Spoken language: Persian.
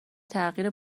تغییر